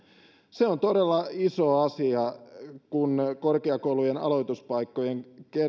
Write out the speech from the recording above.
se on todella iso asia kun korkeakoulujen aloituspaikkojen